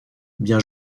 bien